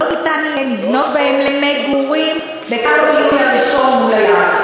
לא ניתן יהיה לבנות בהם למגורים בקו הבניין הראשון מול הים.